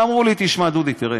הם אמרו לי: תשמע, דודי, תראה,